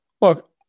Look